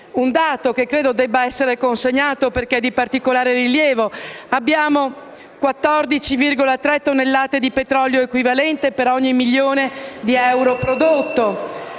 un dato che credo debba essere consegnato perché di particolare rilievo: abbiamo 14,3 tonnellate di petrolio equivalente per ogni milione di euro prodotto;